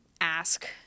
ask